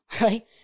right